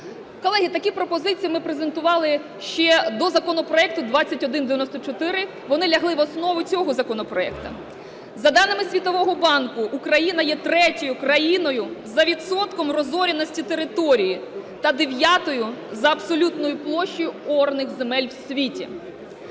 Колеги, такі пропозиції ми презентували ще до законопроекту 2194, вони лягли в основу цього законопроекту. За даними Світового банку Україна є третьою країною за відсотком розораності території та дев'ятою за абсолютною площею орних земель в світі.